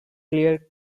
clear